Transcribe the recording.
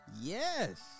yes